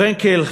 פרנקל,